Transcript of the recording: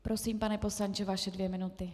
Prosím, pane poslanče, vaše dvě minuty.